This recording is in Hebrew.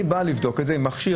אני בא לבדוק את זה עם מכשיר,